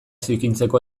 zikintzeko